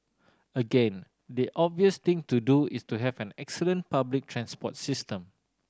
again the obvious thing to do is to have an excellent public transport system